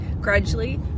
gradually